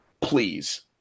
please